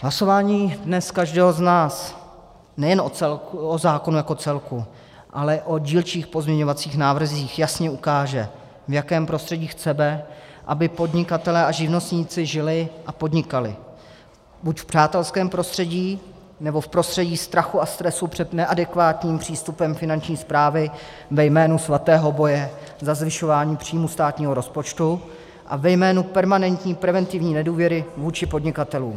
Hlasování dnes každého z nás nejen o zákonu jako celku, ale o dílčích pozměňovacích návrzích jasně ukáže, v jakém prostředí chceme, aby podnikatelé a živnostníci žili a podnikali buď v přátelském prostředí, nebo v prostředí strachu a stresu před neadekvátním přístupem Finanční správy ve jménu svatého boje za zvyšování příjmů státního rozpočtu a ve jménu permanentní preventivní nedůvěry vůči podnikatelům.